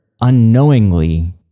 unknowingly